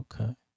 Okay